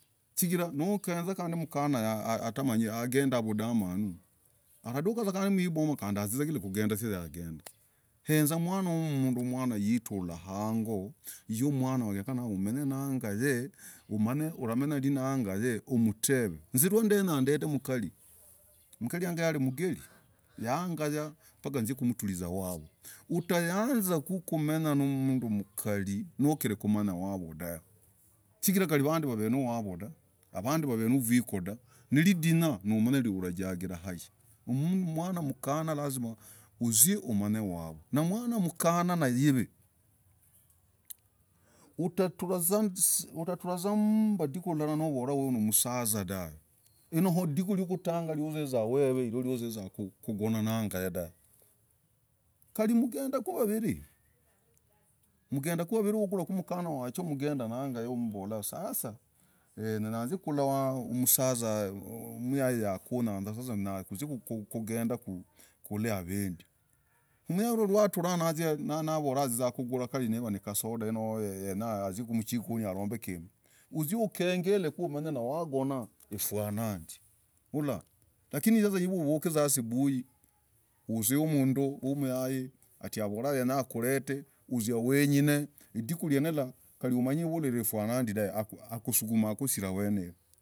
Chigirah nookezaah, kandii, mkanah atamanyi ang'endah vundamanuu aladukah vuzaa wibomah kali natagaa kung'endah, vwaa. ezaa mwanah yunduu yatrah hang'oo yumwanah humany umeny nagaye umanye ulah yenyah ndii nagaye kwiri umtev hinz ndandenyakuretaah mkarii, mkarii wang alimgeli yagayah. pakazikutrah wawoo utayanzakukumenyah namnduu mkarii hukilrii kumenyah wawoo dahv chigirah vandii wavekunawawoo dahv vandii wavekuu na vikoo dahv lidinya hulijagirah mwana mkanah lazima uzie umanye wawoo mwana mkanah naiv ukatraku mmmbah nakuvolah hyu nimsazah dahv kali lidikuu lilah nauzizah we've nauzizah kugonahnagayoo, dahv kali mngendaku wavirii mngendaku wavirii mvugulahku mkanah hungendahnaga, umbol nenyaku zie ndol myaii undii kuzia kumulorah avendii myai huyuu, natrah azieku kugulah kasoda, uzie. ukegel naurorah yagonah ifuanandii, lakini hiv huvukee. vuzaa subuhii uzie mnduu moyai kali avorah enyah akulet uzii weng'in lidikuu lien lilah kali umanyii uundiulah ufwanandii dahv akusugumah akushil weneira.